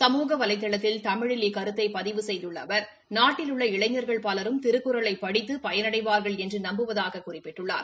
சமூக வலைதளத்தில் தமிழில் இக்கருத்தை பதிவு செய்துள்ள அவர் நாட்டில் உள்ள இளைஞர்கள் பலரும் திருக்குறளை படித்து பயனடைவார்கள் என்று நம்புவதாகக் குறிப்பிட்டுள்ளார்